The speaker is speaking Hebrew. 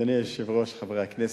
אדוני היושב-ראש, חברי הכנסת,